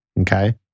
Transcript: Okay